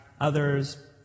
others